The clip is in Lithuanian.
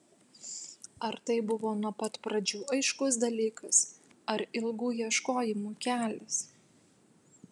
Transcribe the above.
ar tai buvo nuo pat pradžių aiškus dalykas ar ilgų ieškojimų kelias